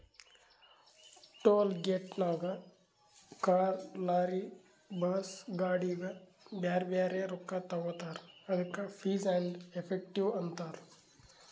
toll ಗೇಟ್ನಾಗ್ car, lorry, bus, ಗಾಡಿಗ ಬ್ಯಾರೆ ಬ್ಯಾರೆ ರೊಕ್ಕಾ ತಗೋತಾರ್ ಅದ್ದುಕ ಫೀಸ್ ಆ್ಯಂಡ್ ಎಫೆಕ್ಟಿವ್ ಅಂತಾರ್